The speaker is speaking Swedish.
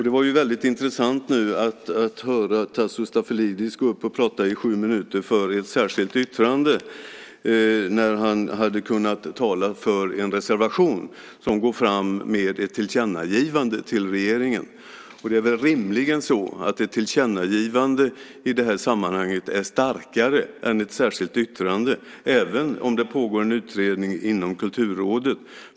Det var väldigt intressant att nu höra Tasso Stafilidis gå upp och prata i sju minuter för ett särskilt yttrande när han hade kunnat tala för en reservation om att gå fram med ett tillkännagivande till regeringen. Det är väl rimligen så att ett tillkännagivande i det här sammanhanget är starkare än ett särskilt yttrande, även om det pågår en utredning inom Kulturrådet.